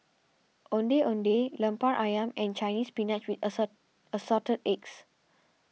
Ondeh Ondeh Lemper Ayam and Chinese Spinach with Assorted Eggs